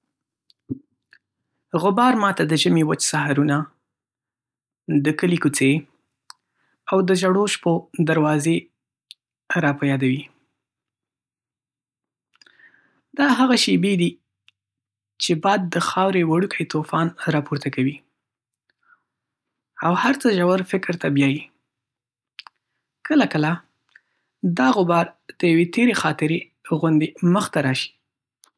غبار ما ته د ژمي وچ سهارونه، د کلي کوڅې، او د زړو شپو دروازې را په یادوي. دا هغه شېبې دي چې باد د خاورې وړوکی طوفان راپورته کوي، او هر څه ژور فکر ته بیایي. کله کله، دا غبار د یوې تیرې خاطرې غوندې مخې ته راشي.